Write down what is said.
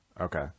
Okay